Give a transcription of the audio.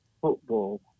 football